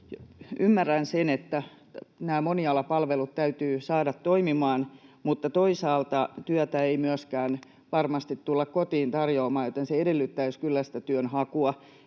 Ymmärrän sen, että nämä monialapalvelut täytyy saada toimimaan, mutta toisaalta työtä ei myöskään varmasti tulla kotiin tarjoamaan, joten se edellyttäisi kyllä sitä työnhakua,